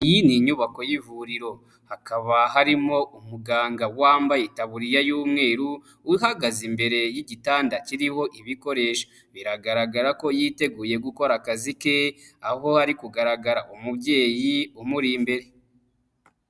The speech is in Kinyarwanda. Iyi ni inyubako y'ivuriro. Hakaba harimo umuganga wambaye taburiya y'umweru, uhagaze imbere y'igitanda kiriho ibikoresho. Biragaragara ko yiteguye gukora akazi ke, aho ari kugaragara umubyeyi umuri imbere.